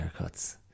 haircuts